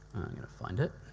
i'm going to find it.